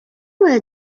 were